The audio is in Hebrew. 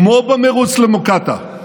כמו במרוץ למוקטעה,